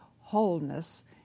wholeness